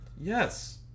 Yes